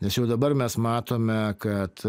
nes jau dabar mes matome kad